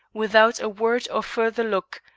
without a word or further look,